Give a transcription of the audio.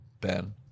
Ben